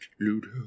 Ludo